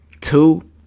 Two